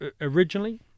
originally